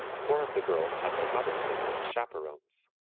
four of the girls had their mothers with them as chaperones.